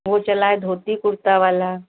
वह चला है धोती कुर्ता वाला